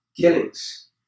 Killings